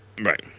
Right